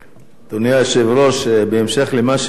אדוני היושב-ראש, בהמשך למה שאמרת,